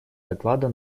доклада